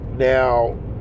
Now